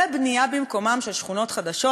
ובנייה במקומן של שכונות חדשות,